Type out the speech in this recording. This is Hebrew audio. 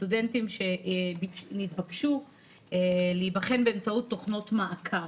הסטודנטים שנתבקשו להיבחן באמצעות תוכנות מעקב,